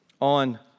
on